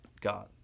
God